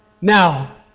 Now